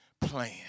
plan